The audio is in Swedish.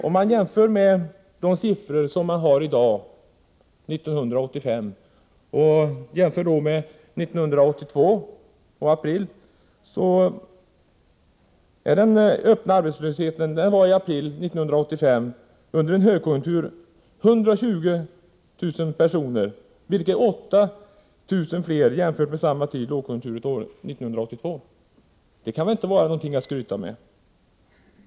Om man jämför arbetslöshetssiffrorna i dag med dem för april 1982, finner man bl.a. att den öppna arbetslösheten i april 1985, under en högkonjunktur, var 120 000 personer, vilket är 8 000 fler än lågkonjunkturåret 1982. Det kan väl inte vara någonting att skryta med?